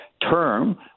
term